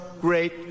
great